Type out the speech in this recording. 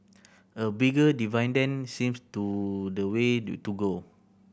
a bigger dividend seems to the way to go